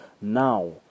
now